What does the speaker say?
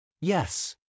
Yes